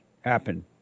Happen